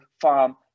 farm